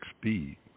speed